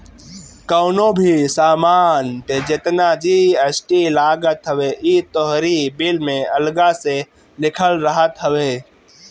कवनो भी सामान पे जेतना जी.एस.टी लागत हवे इ तोहरी बिल में अलगा से लिखल रहत हवे